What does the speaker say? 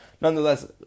Nonetheless